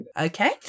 Okay